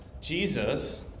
Jesus